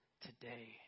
today